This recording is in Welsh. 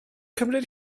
cymryd